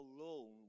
alone